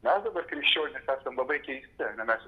mes dabar krikščionys esam labai keisti ar ne mes